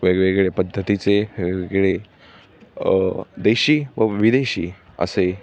वेगवेगळे पद्धतीचे वेगवेगळे देशी व विदेशी असे